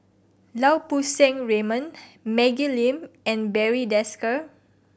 Lau Poo Seng Raymond Maggie Lim and Barry Desker